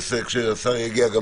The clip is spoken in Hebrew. כשהשר יגיע בהמשך הדיון,